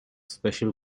special